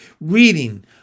Reading